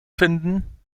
finden